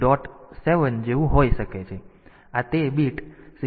તેથી આ તે બીટ 67 હેક્સ જેવું જ છે